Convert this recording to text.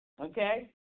okay